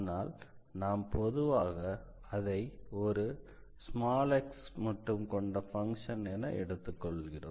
ஆனால் நாம் பொதுவாக அதை ஒரு x மட்டும் கொண்ட ஃபங்ஷன் என எடுத்துக் கொள்கிறோம்